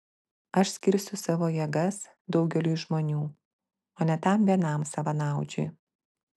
aš skirsiu savo jėgas daugeliui žmonių o ne tam vienam savanaudžiui